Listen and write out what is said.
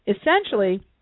essentially